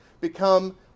become